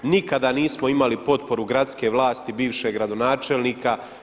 Nikada nismo imali potporu gradske vlasti, bivšeg gradonačelnika.